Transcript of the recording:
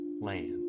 land